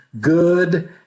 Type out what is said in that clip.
good